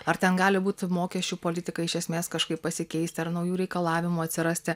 ar ten gali būti mokesčių politika iš esmės kažkaip pasikeisti ar naujų reikalavimų atsirasti